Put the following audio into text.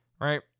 Right